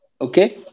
Okay